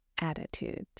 attitudes